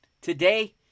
today